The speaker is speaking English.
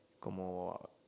como